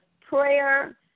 prayer